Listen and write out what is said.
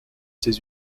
ses